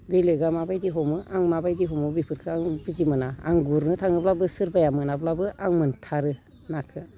बेलेगा माबायदि हमो आं माबायदि हमो बेफोरखौ आं बुजिमोना आं गुरनो थाङोब्लाबो सोरबाया मोनाब्लाबो आं मोनथारो नाखौ